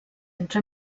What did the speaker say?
entre